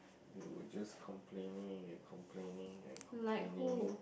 they would just complaining and complaining and complaining